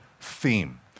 theme